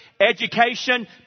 Education